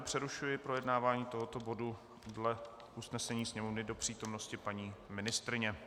Přerušuji tedy projednávání tohoto bodu dle usnesení Sněmovny do přítomnosti paní ministryně.